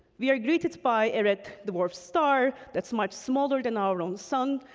we are greeting by a red dwarf star that's much smaller than our own sun,